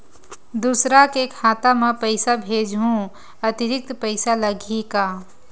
दूसरा के खाता म पईसा भेजहूँ अतिरिक्त पईसा लगही का?